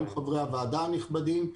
גם חברי הוועדה הנכבדים.